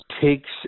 takes